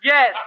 Yes